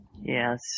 Yes